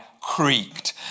creaked